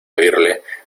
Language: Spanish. oírle